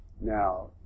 Now